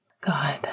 God